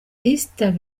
esther